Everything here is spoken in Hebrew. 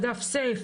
אגף סיף